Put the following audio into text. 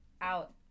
out